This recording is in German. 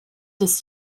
des